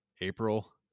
April